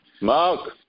Mark